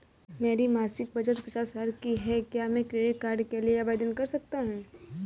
मेरी मासिक बचत पचास हजार की है क्या मैं क्रेडिट कार्ड के लिए आवेदन कर सकता हूँ?